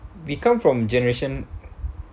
we come from generation